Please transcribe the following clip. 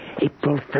April